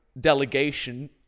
delegation